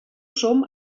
som